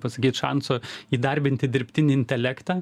pasakyt šanso įdarbinti dirbtinį intelektą